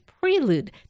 Prelude